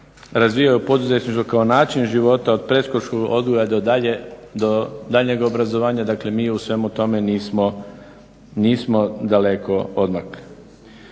razvijaju poduzetništvo kao način života od predškolskog odgoja do dalje, do daljnjeg obrazovanja. Dakle, mi u svemu tome nismo daleko odmakli.